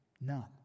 None